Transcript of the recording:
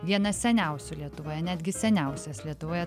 vieną seniausių lietuvoje netgi seniausias lietuvoje